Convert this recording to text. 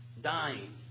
dying